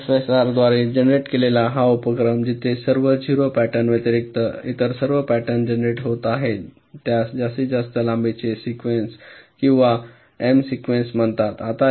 एलएफएसआरद्वारे generate केलेला हा अनुक्रम जिथे सर्व 0 पॅटर्न व्यतिरिक्त इतर सर्व पॅटर्न जनरेट होत आहेत त्यास जास्तीत जास्त लांबीचे सिकवेन्स किंवा एम सिकवेन्स म्हणतात